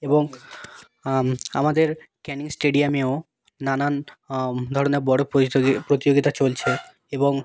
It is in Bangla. এবং আমাদের ক্যানিং স্টেডিয়ামেও নানান ধরনের বড় প্রতিযোগিতা চলছে এবং